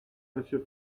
monsieur